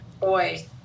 boy